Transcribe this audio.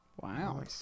Wow